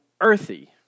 earthy